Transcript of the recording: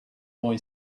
boy